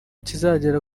kizagera